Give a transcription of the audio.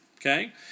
okay